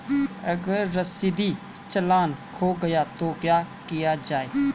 अगर रसीदी चालान खो गया तो क्या किया जाए?